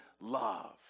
love